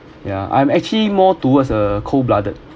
yeah I'm actually more towards a cold blooded